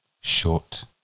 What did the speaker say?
short